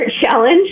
challenge